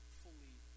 fully